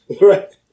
Right